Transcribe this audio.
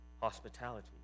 hospitality